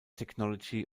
technology